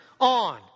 on